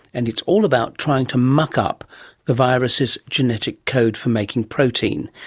and it's all about trying to muck up the virus's genetic code for making protein,